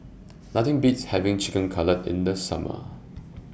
Nothing Beats having Chicken Cutlet in The Summer